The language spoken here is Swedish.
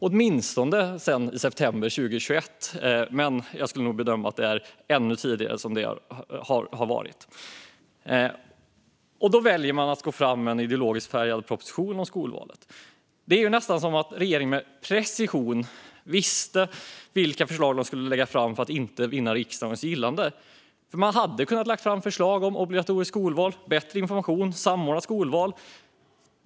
Åtminstone har det varit så sedan september 2021, men jag skulle nog bedöma att det har varit fallet även tidigare. Då väljer regeringen att gå fram med en ideologiskt färgad proposition om skolvalet. Det är nästan som om regeringen med precision visste vilka förslag man skulle lägga fram för att inte vinna riksdagens gillande. Man hade ju kunnat lägga fram förslag om obligatoriskt skolval, bättre information och samordnat skolval.